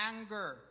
anger